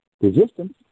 resistance